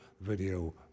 video